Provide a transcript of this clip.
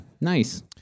Nice